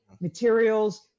materials